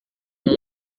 com